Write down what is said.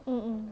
mm mm